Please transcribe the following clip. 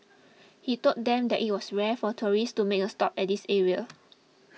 he told them that it was rare for tourists to make a stop at this area